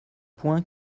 points